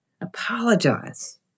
apologize